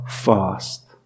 fast